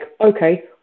okay